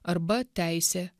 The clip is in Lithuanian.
arba teisė